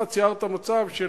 אתה ציירת מצב של